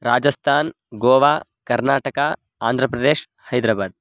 राजस्तान् गोवा कर्नाटका आन्ध्रप्रदेशः हैद्राबाद्